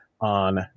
on